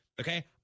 Okay